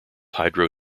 hydro